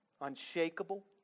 unshakable